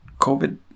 COVID